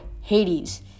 Hades